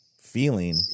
feeling